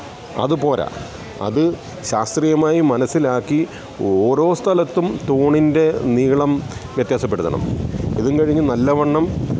അതുപോരാ അത് ശാസ്ത്രീയമായി മനസ്സിലാക്കി ഓരോ സ്ഥലത്തും തൂണിൻ്റെ നീളം വ്യത്യാസപ്പെടുത്തണം ഇതും കഴിഞ്ഞ് നല്ലവണ്ണം